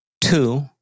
Two